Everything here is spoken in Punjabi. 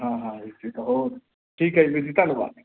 ਹਾਂ ਹਾਂ ਠੀਕ ਹੈ ਹੋਰ ਠੀਕ ਹੈ ਵੀਰ ਜੀ ਧੰਨਵਾਦ